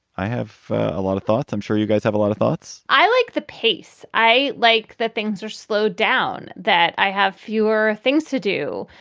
i have a lot of thoughts. i'm sure you guys have a lot of thoughts i like the pace. i like that things are slow down, that i have fewer things to do.